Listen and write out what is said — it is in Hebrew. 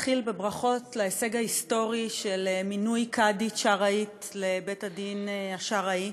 בברכות על ההישג ההיסטורי של מינוי קאדית שרעית לבית-הדין השרעי.